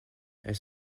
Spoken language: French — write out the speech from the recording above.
elle